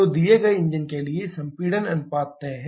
तो दिए गए इंजन के लिए संपीड़न अनुपात तय है